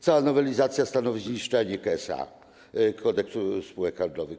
Cała nowelizacja stanowi zniszczenie Kodeksu spółek handlowych.